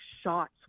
shots